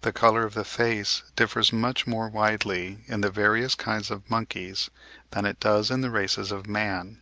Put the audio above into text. the colour of the face differs much more widely in the various kinds of monkeys than it does in the races of man